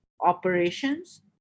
operations